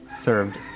served